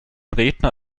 redner